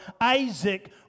Isaac